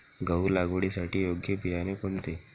गहू लागवडीसाठी योग्य बियाणे कोणते?